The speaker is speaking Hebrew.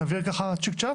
נעביר ככה צ'יק צ'ק?